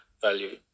value